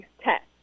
test